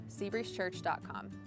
SeabreezeChurch.com